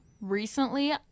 recently